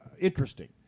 interesting